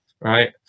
right